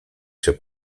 się